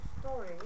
story